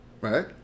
right